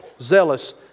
zealous